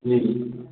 जी